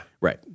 right